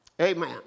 Amen